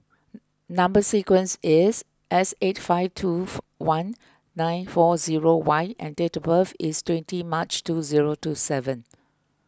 Number Sequence is S eight five two four one nine four zero Y and date of birth is twenty March two zero two seven